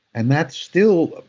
and that's still,